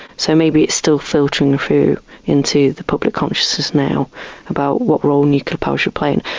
so maybe it's still filtering through into the public consciousness now about what role nuclear power should play. and